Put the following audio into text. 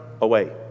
away